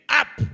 up